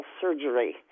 surgery